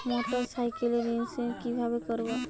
মোটরসাইকেলের ইন্সুরেন্স কিভাবে করব?